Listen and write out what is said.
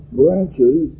branches